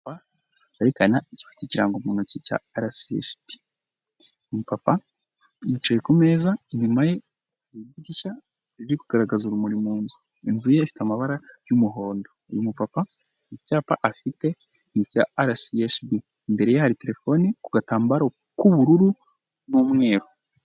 Yerekana ikintu cy'ikirango muntoki cya RSSB. Umu papa yicaye ku meza, inyuma ye hari idirishya riri kugaragaza urumuri mu nzu. Inzu ye ifite amabara yumuhondo. Uyu mu papa, icyapa afite ni icya RSSB. Imbere ye, hari terefone ku gatambaro k'ubururu n'umweru